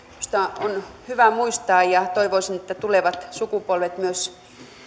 palvelleet veteraanit tarvitsevat minusta on hyvä muistaa ja toivoisin että tulevat sukupolvet myös